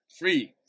Free